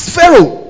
Pharaoh